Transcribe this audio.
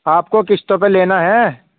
آپ کو قسطوں پہ لینا ہے